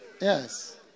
Yes